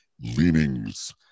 leanings